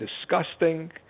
disgusting